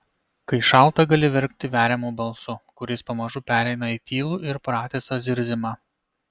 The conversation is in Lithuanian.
kai šalta gali verkti veriamu balsu kuris pamažu pereina į tylų ir pratisą zirzimą